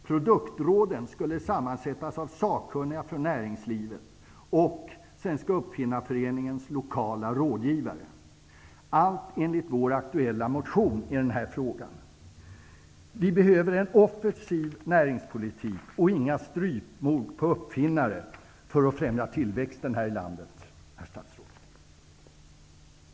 Produktråden skulle sammansättas av sakkunniga från näringslivet och Svenska uppfinnarföreningens lokala rådgivare; allt enligt vår aktuella motion i frågan. Vi behöver en offensiv näringspolitik och inga strypmord på uppfinnare för att främja tillväxten här i landet, herr statsråd.